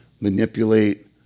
manipulate